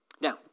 Now